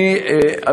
שיח ביבים.